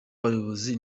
ubuyobozi